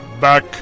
back